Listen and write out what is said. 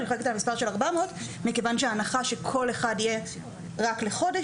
נתתי את המספר 400 מכיוון שההנחה שכל אחד יהיה רק לחודש,